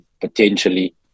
potentially